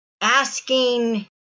asking